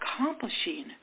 accomplishing